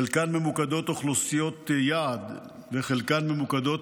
חלקן ממוקדות אוכלוסיות יעד וחלקן ממוקדות